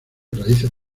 raíces